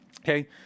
Okay